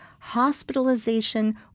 hospitalization